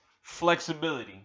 flexibility